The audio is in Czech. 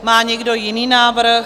Má někdo jiný návrh?